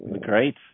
great